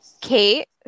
Kate